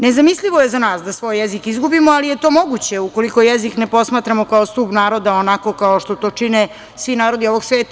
Nezamislivo je za nas da svoj jezik izgubimo, ali je to moguće ukoliko jezik ne posmatramo kao stub naroda, onako kao što to čine svi narodi ovog sveta.